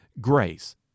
Grace